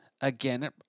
again